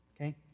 Okay